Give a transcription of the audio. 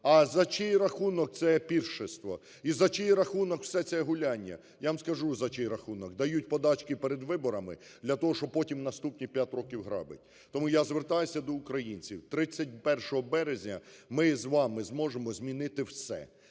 А за чий рахунок це піршество? І за чий рахунок все це гуляння? Я вам скажу, за чий рахунок. Дають подачки перед виборами для того, щоб потім наступні 5 років грабить. Тому я звертаюся до українців. 31 березня ми з вами зможемо змінити все: